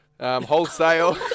wholesale